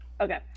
Okay